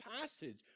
passage